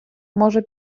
може